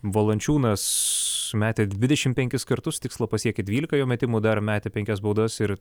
valančiūnas metė dvidešim penkis kartus tikslą pasiekė dvylika jo metimų dar metė penkias baudas ir